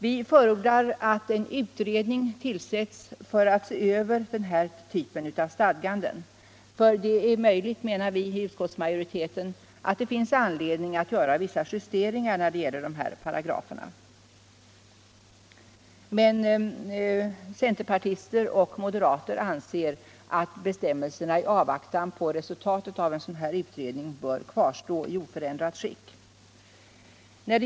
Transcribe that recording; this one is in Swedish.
Vi förordar att en utredning tillsätts för att se över denna typ av stadganden. Det finns — menar vi i utskottsmajoriteten — anledning att göra vissa justeringar av dessa paragrafer. Centerpartister och moderater anser att bestämmelserna i avvaktan på resultatet av denna utredning bör kvarstå i oförändrat skick.